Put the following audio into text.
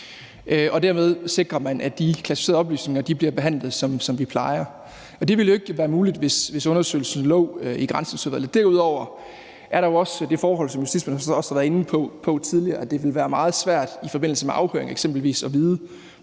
Dermed sikrer man, at de klassificerede oplysninger bliver behandlet, som de plejer. Det ville jo ikke være muligt, hvis undersøgelsen lå i Granskningsudvalget. Derudover er der jo også det forhold, som justitsministeren også har været inde på tidligere, at det ville være meget svært, eksempelvis i forbindelse med afhøringer, på forhånd at vide,